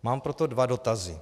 Mám proto dva dotazy.